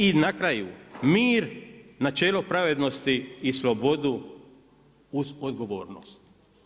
I na kraju, mir, načelo pravednosti i slobodu uz odgovornost.